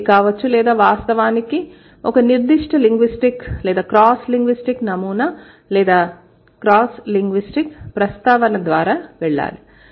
అది కావచ్చు లేదా వాస్తవానికి ఒక నిర్దిష్ట లింగ్విస్టిక్ లేదా క్రాస్ లింగ్విస్టిక్ నమూనా లేదా క్రాస్ లింగ్విస్టిక్ ప్రస్తావన ద్వారా వెళ్ళాలి